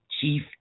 Chief